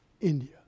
India